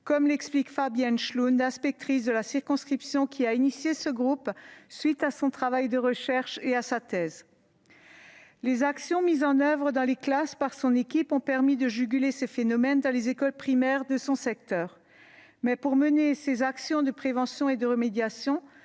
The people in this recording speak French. comme l'explique Fabienne Schlund, inspectrice de la circonscription qui a pris l'initiative de créer ce groupe, à la suite de son travail de recherche et de sa thèse. Les actions mises en oeuvre dans les classes par son équipe ont permis de juguler ces phénomènes dans les écoles primaires de son secteur. Mais pour mener ces actions de prévention et de remédiation,